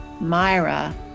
Myra